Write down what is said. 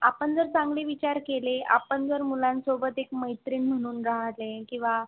आपण जर चांगले विचार केले आपण जर मुलांसोबत एक मैत्रीण म्हणून राहिले किंवा